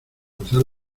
cruzar